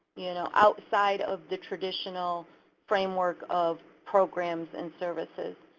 you know, outside of the traditional framework of programs and services.